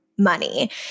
money